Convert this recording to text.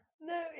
no